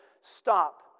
Stop